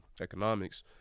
economics